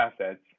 assets